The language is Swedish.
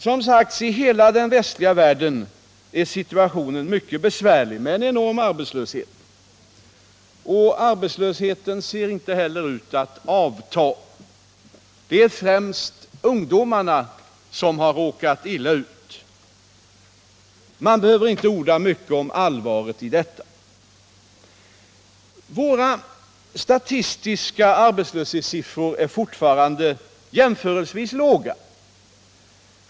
Som sagts, i hela den västliga världen är situationen mycket besvärlig med en enorm arbetslöshet. Arbetslösheten ser inte heller ut att avta. Det är främst ungdomarna som har råkat illa ut. Man behöver inte orda om allvaret i detta. Våra statistiska arbetslöshetssiffror är fortfarande jämförelsevis låga.